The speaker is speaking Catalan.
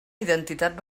identitat